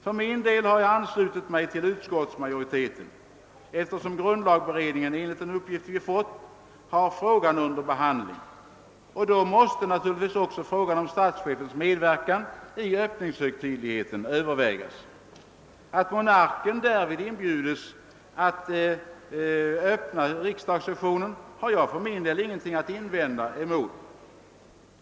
För min del har jag anslutit mig till utskottsmajoriteten, eftersom grundlagberedningen enligt den uppgift vi fått har frågan under behandling. Därvid måste naturligtvis också frågan om statschefens medverkan i Ööppningshögtidligheten övervägas. Att monarken då inbjudes att öppna riksdagssessionen har jag för min del ingenting att invända mot.